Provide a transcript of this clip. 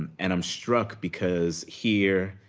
and and i'm struck because here,